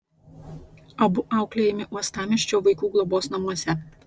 abu auklėjami uostamiesčio vaikų globos namuose